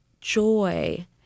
Joy